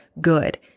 good